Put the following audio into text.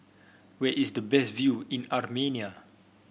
where is the best view in Armenia